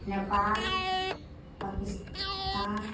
Nepal Pakistan